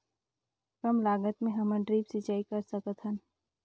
कम लागत मे हमन ड्रिप सिंचाई कर सकत हन?